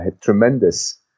tremendous